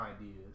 ideas